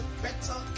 better